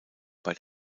bei